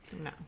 No